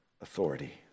authority